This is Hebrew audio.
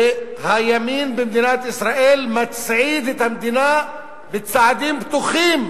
הימין במדינת ישראל מצעיד את המדינה בצעדים בטוחים,